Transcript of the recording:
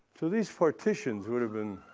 so these partitions would have been,